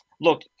look